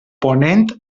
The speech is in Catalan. ponent